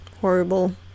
horrible